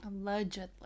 Allegedly